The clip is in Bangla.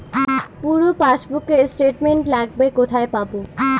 পুরো পাসবুকের স্টেটমেন্ট লাগবে কোথায় পাব?